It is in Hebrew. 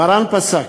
מרן פסק: